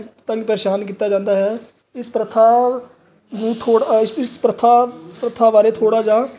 ਤੰਗ ਪਰੇਸ਼ਾਨ ਕੀਤਾ ਜਾਂਦਾ ਹੈ ਇਸ ਪ੍ਰਥਾ ਨੂੰ ਥੋੜ੍ਹਾ ਅ ਇਸ ਇਸ ਪ੍ਰਥਾ ਪ੍ਰਥਾ ਬਾਰੇ ਥੋੜ੍ਹਾ ਜਿਹਾ